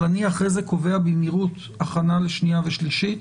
אבל אני אחרי זה קובע במהירות הכנה לשנייה ושלישית,